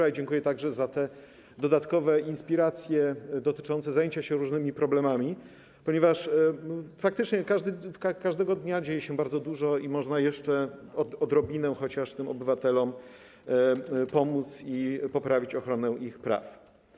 I dziękuję także za te dodatkowe inspiracje dotyczące zajęcia się różnymi problemami, ponieważ faktycznie każdego dnia dzieje się bardzo dużo i można jeszcze chociaż odrobinę tym obywatelom pomóc i poprawić ochronę ich praw.